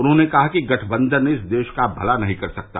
उन्होंने कहा कि गठबंधन इस देश का भला नही कर सकता